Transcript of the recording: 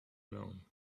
alone